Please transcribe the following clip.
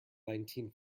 nineteen